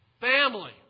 Family